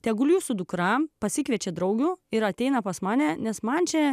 tegul jūsų dukra pasikviečia draugių ir ateina pas mane nes man čia